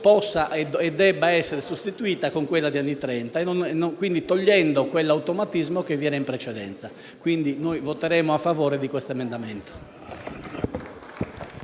possa e debba essere sostituita con quella di anni trenta, togliendo quell'automatismo che viene in precedenza. Quindi, noi voteremo a favore di questo emendamento.